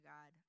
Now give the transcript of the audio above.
God